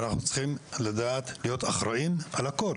אנחנו צריכים לדעת להיות אחראים על הכול